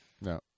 No